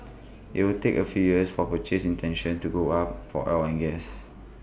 IT will take A few years for purchase intentions to go up for oil and gas